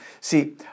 See